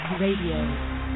Radio